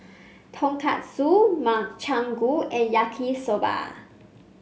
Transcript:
Tonkatsu Makchang Gui and Yaki Soba